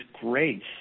grace